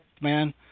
man